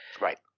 Right